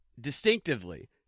distinctively